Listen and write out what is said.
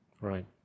Right